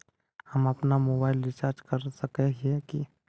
हम अपना mobile recharge कर सकय हिये की?